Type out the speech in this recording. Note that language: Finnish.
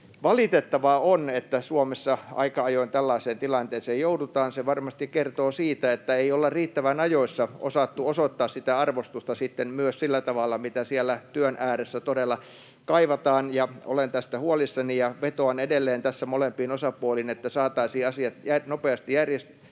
Valitettavaa on, että Suomessa aika ajoin tällaiseen tilanteeseen joudutaan. Se varmasti kertoo siitä, että ei olla riittävän ajoissa osattu osoittaa arvostusta sillä tavalla, mitä siellä työn ääressä todella kaivataan. Olen tästä huolissani ja vetoan edelleen tässä molempiin osapuoliin, että saataisiin asiat nopeasti järjestettyä.